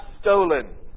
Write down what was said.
stolen